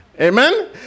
amen